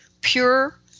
Pure